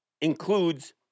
includes